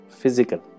physical